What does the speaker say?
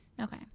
Okay